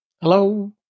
Hello